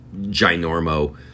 ginormo